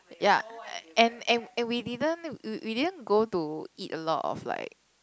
ya and and and we didn't we didn't go to eat a lot of like